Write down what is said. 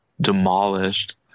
demolished